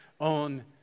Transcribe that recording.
on